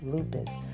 Lupus